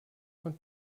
von